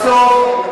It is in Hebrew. בסוף,